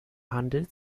handel